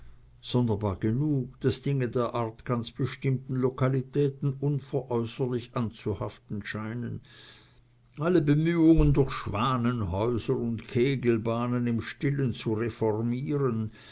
sonderbar genug daß dinge der art ganz bestimmten lokalitäten unveräußerlich anzuhaften scheinen alle bemühungen durch schwanenhäuser und kegelbahnen im stillen zu reformieren